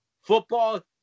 Football